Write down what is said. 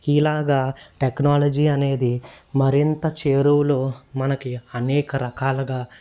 ఇలాగా టెక్నాలజీ అనేది మరింత చేరువులో మనకి అనేక రకాలుగా